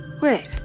Wait